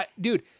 Dude